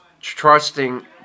trusting